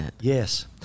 yes